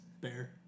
Bear